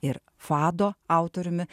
ir fado autoriumi